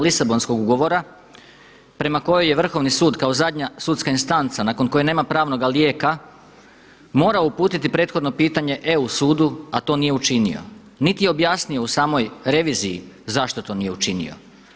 Lisabonskog ugovora prema kojoj je Vrhovni sud kao zadnja sudska instanca nakon koje nema pravnoga lijeka mora uputiti prethodno pitanje EU sudu a to nije učinio, niti je objasnio u samoj reviziji zašto to nije učinio.